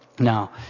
Now